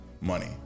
money